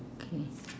okay